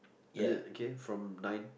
and the okay from nine